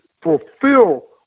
fulfill